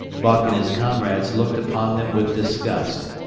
buck and his comrades looked upon them with disgust,